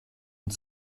und